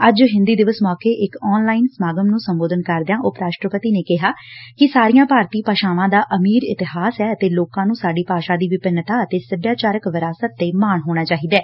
ਅੱਜ ਹਿੰਦੀ ਦਿਵਸ ਮੌਕੇ ਇਕ ਆਨਲਾਈਨ ਸਮਾਗਮ ਨੂੰ ਸੰਬੋਧਨ ਕਰਦਿਆਂ ਉਪ ਰਾਸ਼ਟਰਪਤੀ ਨੇ ਕਿਹਾ ਕਿ ਸਾਰੀਆਂ ਭਾਰਤੀ ਭਾਸ਼ਾਵਾਂ ਦਾ ਅਮੀਰ ਇਤਿਹਾਸ ਐ ਅਤੇ ਲੋਕਾਂ ਨੂੰ ਸਾਡੀ ਭਾਸ਼ਾ ਦੀ ਵਿੰਭਿਨਤਾ ਅਤੇ ਸਭਿਆਚਾਰਕ ਵਿਰਾਸਤ ਤੇ ਮਾਣ ਹੋਣਾ ਚਾਹੀਦੈ